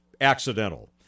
accidental